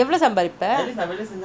எவ்ளோசம்பாரிப்ப:evloo sambaarippa